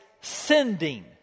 sending